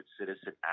citizen